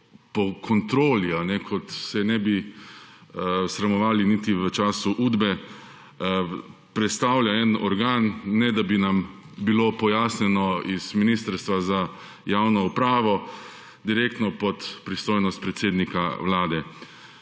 po kontroli, kot se je ne bi sramovali niti v času Udbe, prestavlja organ, ne da bi bilo pojasnjeno iz Ministrstva za javno upravo, direktno pod pristojnost predsednika Vlade.